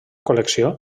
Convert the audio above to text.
col·lecció